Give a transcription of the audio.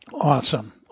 Awesome